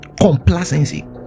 Complacency